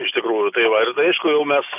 iš tikrųjų tai va ir aišku jau mes